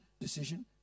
decision